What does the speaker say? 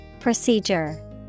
Procedure